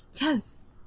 Yes